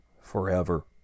forever